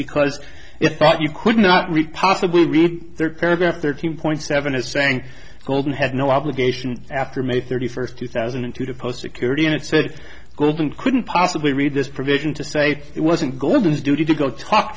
because if you could not read possibly read their paragraph thirteen point seven as saying golden had no obligation after may thirty first two thousand and two to post security and it said golden couldn't possibly read this provision to say it wasn't goldens duty to go talk